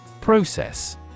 Process